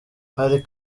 hari